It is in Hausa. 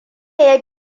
ya